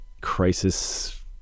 crisis